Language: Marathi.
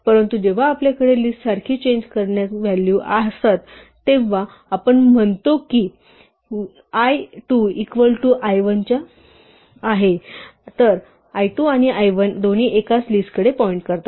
परंतु जेव्हा आपल्याकडे लिस्ट सारखी चेंज करण्या ग्य व्हॅल्यू असतात तेव्हा आपण म्हणतो की l2 इक्वल टू l1 च्या आहे तर l2 आणि l1 दोन्ही एकाच लिस्टकडे पॉईंट करतात